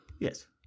Yes